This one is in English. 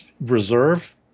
reserve